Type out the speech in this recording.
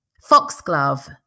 Foxglove